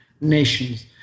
nations